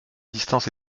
distance